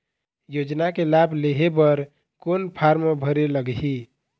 योजना के लाभ लेहे बर कोन फार्म भरे लगही?